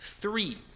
three